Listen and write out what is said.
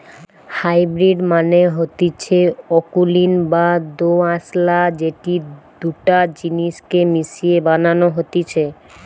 hybrid মানে হতিছে অকুলীন বা দোআঁশলা যেটি দুটা জিনিস কে মিশিয়ে বানানো হতিছে